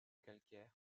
calcaire